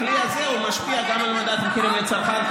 הכלי הזה משפיע גם על מדד המחירים לצרכן,